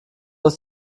ist